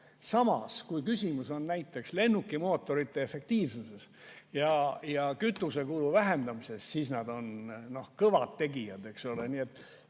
Aga kui küsimus on näiteks lennukimootorite efektiivsuses ja kütusekulu vähendamises, siis on nad kõvad tegijad,